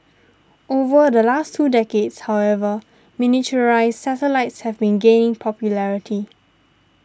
over the last two decades however miniaturised satellites have been gaining popularity